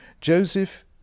Joseph